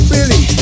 Billy